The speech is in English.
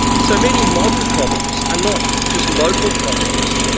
so many modern problems are not just local problems,